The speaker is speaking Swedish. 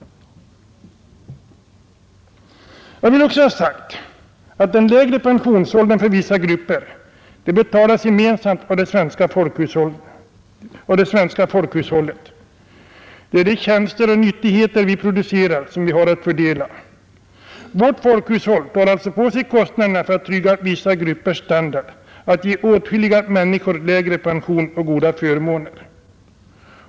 Jag vill också ha sagt att den lägre pensionsåldern för vissa grupper betalas gemensamt av det svenska folkhushållet. Det är de tjänster och nyttigheter vi producerar som vi har att fördela. Vårt folkhushåll tar alltså på sig kostnaderna för att trygga vissa gruppers standard och ge åtskilliga människor lägre pension och goda förmåner.